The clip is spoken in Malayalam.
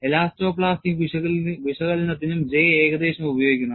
എലാസ്റ്റോ പ്ലാസ്റ്റിക് വിശകലനത്തിനും J ഏകദേശം ഉപയോഗിക്കുന്നു